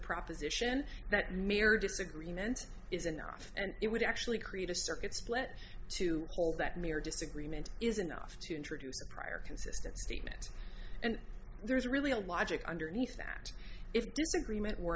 proposition that mere disagreement is enough and it would actually create a circuit split to hold that mere disagreement is enough to introduce a prior consistent statement and there's really a logic underneath that if di